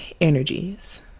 energies